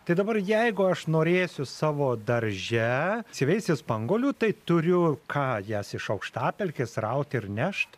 tai dabar jeigu aš norėsiu savo darže užsiveisti spanguolių tai turiu ką jas iš aukštapelkės raut ir nešt